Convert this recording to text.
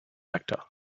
actor